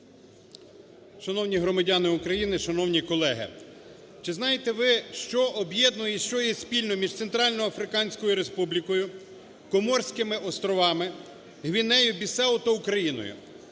Шановні громадяни України! Шановні колеги! Чи знаєте ви, що об'єднує і що є спільним між Центральноафриканською Республікою, Коморськими островами, Гвінеєю-Бісау та Україною.